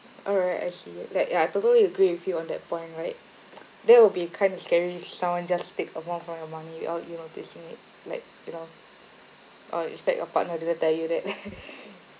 alright I see like I totally agree with you on that point right that will be kind of scary someone just take amount from your money without you noticing it like you know or is that your partner didn't tell you that